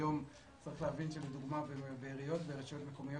היום צריך להבין שבעיריות ורשויות מקומיות